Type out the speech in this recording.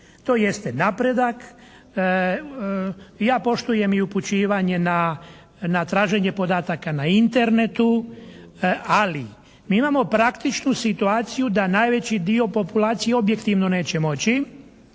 To jeste napredak i ja poštujem i upućivanje na traženje podataka na Internetu, ali mi imamo praktičnu situaciju da najveći dio populacije objektivno neće moći